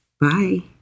Bye